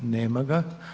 Nema ga.